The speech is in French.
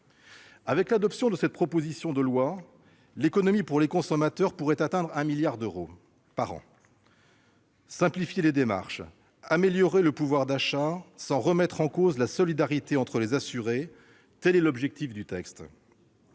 Avec l'adoption de cette proposition de loi, l'économie pour les consommateurs pourrait atteindre 1 milliard d'euros par an. Simplifier les démarches et améliorer le pouvoir d'achat sans remettre en cause la solidarité entre les assurés : tel est l'objectif du texte.